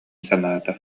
санаата